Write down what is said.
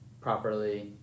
properly